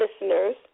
Listeners